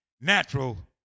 Natural